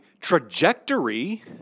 trajectory